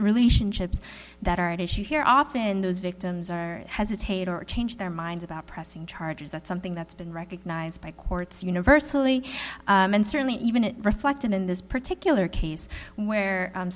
relationships that are at issue here often those victims are hesitate or change their minds about pressing charges that's something that's been recognized by courts universally and certainly even it reflected in this particular case where